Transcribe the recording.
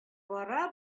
бара